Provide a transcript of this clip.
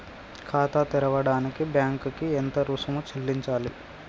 ఖాతా తెరవడానికి బ్యాంక్ కి ఎంత రుసుము చెల్లించాలి?